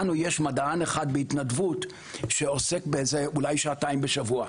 לנו יש מדען אחד בהתנדבות שעוסק בזה אולי שעתיים בשבוע.